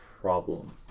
problem